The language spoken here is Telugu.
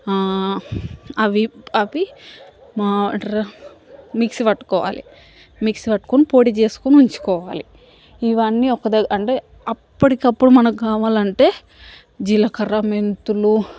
అవి అవి ఏమంటారు మిక్సీ పట్టుకోవాలి మిక్సీ పట్టుకుని పొడి చేసుకుని ఉంచుకోవాలి ఇవన్నీ ఒక ద అంటే అప్పుడికప్పుడు మనకి కావాలి అంటే జీలకర్ర మెంతులు